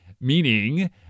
meaning